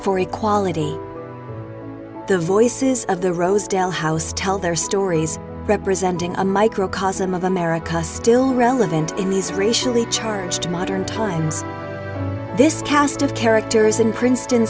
for equality the voices of the rosedale house tell their stories representing a microcosm of america still relevant in these racially charged to modern times this cast of characters in princeton